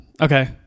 Okay